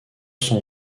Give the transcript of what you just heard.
son